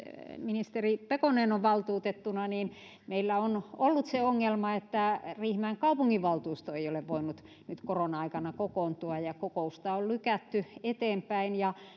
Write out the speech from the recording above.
ministeri pekonen on valtuutettuna meillä on ollut se ongelma että riihimäen kaupunginvaltuusto ei ole voinut nyt korona aikana kokoontua ja kokousta on lykätty eteenpäin ja